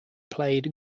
played